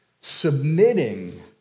submitting